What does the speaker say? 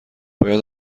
باید